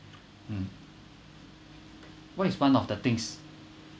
hmm what is one of the things